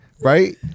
right